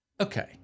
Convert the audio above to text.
Okay